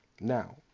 Now